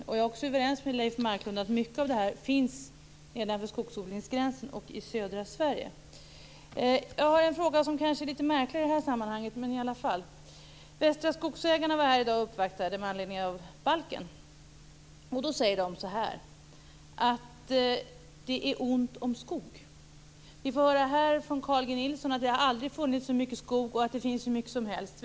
Jag är också överens med Leif Marklund om att mycket av detta finns nedanför skogsodlingsgränsen och i södra Jag har en fråga som kanske är litet märklig i det här sammanhanget, men jag ställer den i alla fall. Västra Skogsägarna var här i dag och uppvaktade med anledning av balken. De sade att det är ont om skog. Vi får höra här ifrån Carl G Nilsson att det aldrig har funnits så mycket skog, och att det finns hur mycket som helst.